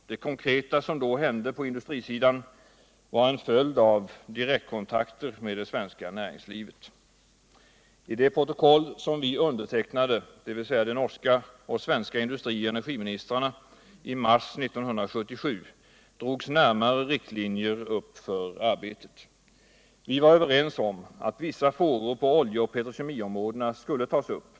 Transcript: Det som då konkret hände på industrisidan var en följd av direktkontakter med det svenska näringslivet. I det protokoll som de norska och svenska industri och energiministrarna undertecknade i mars 1977 drogs närmare riktlinjer upp för arbetet. Vi var överens om att vissa frågor på oljeoch petrokemiområdena skulle tas upp.